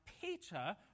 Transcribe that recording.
Peter